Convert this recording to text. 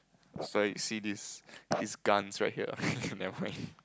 so you see this this guns right here nevermind